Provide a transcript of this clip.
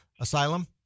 asylum